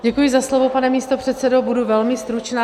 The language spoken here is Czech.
Děkuji za slovo, pane místopředsedo, budu velmi stručná.